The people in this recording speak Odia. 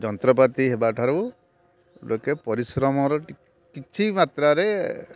ଯନ୍ତ୍ରପାତି ହେବାଠାରୁ ଲୋକେ ପରିଶ୍ରମର କିଛି ମାତ୍ରରେ